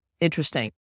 interesting